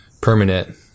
permanent